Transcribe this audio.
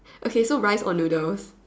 okay so rice or noodles